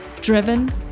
driven